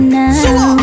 now